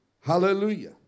Hallelujah